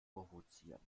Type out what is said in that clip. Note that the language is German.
provozieren